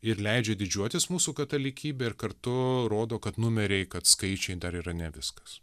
ir leidžia didžiuotis mūsų katalikybe ir kartu rodo kad numeriai kad skaičiai dar yra ne viskas